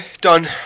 done